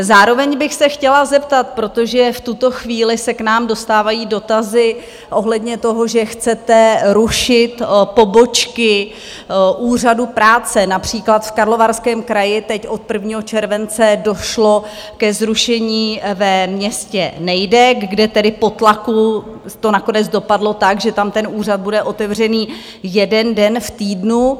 Zároveň bych se chtěla zeptat protože v tuto chvíli se k nám dostávají dotazy ohledně toho, že chcete rušit pobočky Úřadu práce, například v Karlovarském kraji teď od 1. července došlo ke zrušení ve městě Nejdek, kde tedy po tlaku to nakonec dopadlo tak, že tam ten úřad bude otevřený jeden den v týdnu.